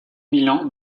milan